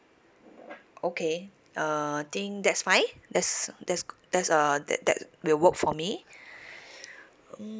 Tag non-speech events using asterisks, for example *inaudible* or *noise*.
okay I think that's fine that's that's that's uh that that will work for me *breath*